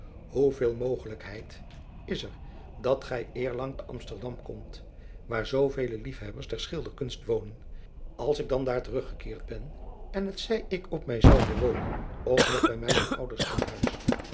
hoeveel mogelijkheid is er dat gij eerlang te amsterdam komt waar zoovele lief hebbers der schilderkunst wonen als ik dan daar teruggekeerd ben en het zij ik op mij zelven wone of nog bij mijne ouders in huis